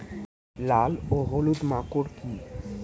লাল ও হলুদ মাকর কী?